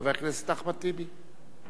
חבר הכנסת אחמד טיבי.